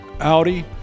Audi